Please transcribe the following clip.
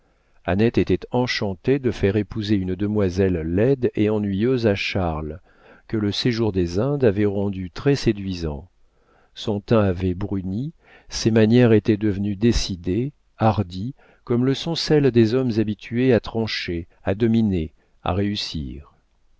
était enchantée de faire épouser une demoiselle laide et ennuyeuse à charles que le séjour des indes avait rendu très séduisant son teint avait bruni ses manières étaient devenues décidées hardies comme le sont celles des hommes habitués à trancher à dominer à réussir